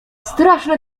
straszny